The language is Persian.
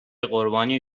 قربانی